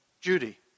Judy